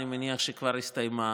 אני מניח שכבר הסתיימה,